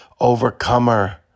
overcomer